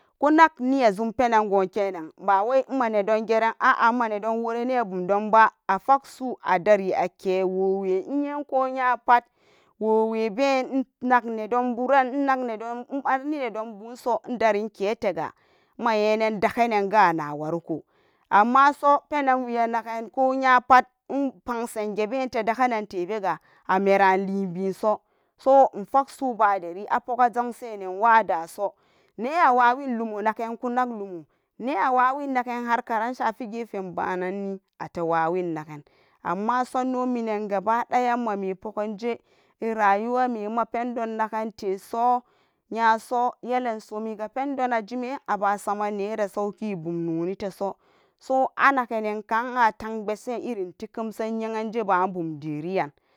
Konak niya sum penangunke nan ba wai nmma geran a'a manedon woran be bumdumba afacsu adari kewowe inye ko nya pat wowe ban innak nedomburan nbarni nedo mbran so wiidari ingke te ga nma yenan dalani pena gana wari koh amma so penan we anagen koh nyapal mpansan gebente daganan tebege ameran lobe so so infocso baderi apuk azam serewa adaso ne a wawin lomo nagun ke nak lomo ne awawin pen harkaran shafi gefen banne ate banan amina sunne menan ga ba daya immame pukanje rayu wame pendon nakgan teso nyaso yelen som ga pen de najum aba saman naran sauki abuninino teso so anaganan ka atan basen irin tekam sen nyanyan je banban deriran.